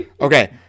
Okay